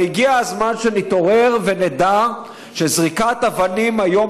אבל הגיע הזמן שנתעורר ונדע שזריקת אבנים היום